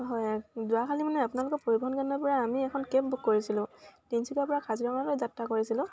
হয় যোৱা কালি মানে আপোনালোকৰ পৰিবহন কেন্দ্ৰৰ পৰা আমি এখন কেব বুক কৰিছিলোঁ তিনিচুকীয়াৰ পৰা কাজিৰঙালৈ যাত্ৰা কৰিছিলোঁ